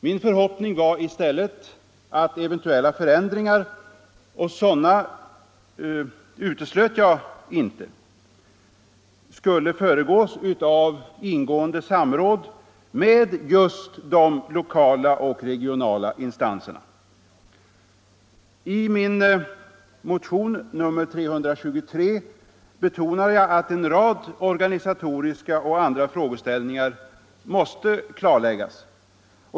Min förhoppning var i stället att eventuella förändringar — och sådana uteslöt jag inte — skulle föregås av ingående samråd med just de lokala och regionala instanserna. I min motion 323 betonar jag att en rad organisatoriska och andra frågeställningar måste klarläggas.